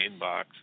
inbox